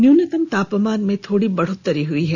न्यूनतम तापमान में थोड़ी बढ़ोतरी हुई है